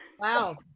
wow